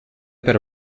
per